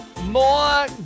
More